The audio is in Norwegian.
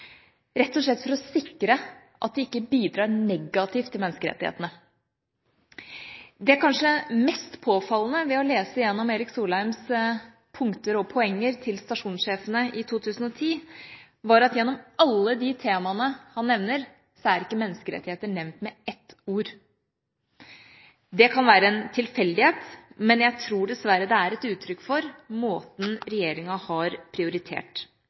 rett og slett for å sikre at den ikke bidrar negativt til menneskerettighetene. Det kanskje mest påfallende ved å lese igjennom Erik Solheims punkter og poenger til stasjonsjefene i 2010 er at gjennom alle de temaene han nevner, er ikke menneskerettigheter nevnt med ett ord. Det kan være en tilfeldighet, men jeg tror dessverre det er et uttrykk for måten regjeringa har prioritert